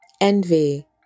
Envy